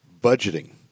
budgeting